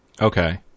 Okay